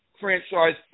franchise